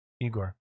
Igor